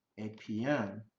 a pm,